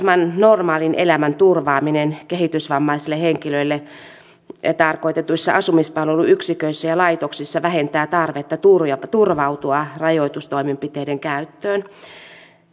mahdollisimman normaalin elämän turvaaminen kehitysvammaisille henkilöille tarkoitetuissa asumispalveluyksiköissä ja laitoksissa vähentää tarvetta turvautua rajoitustoimenpiteiden käyttöön